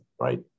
right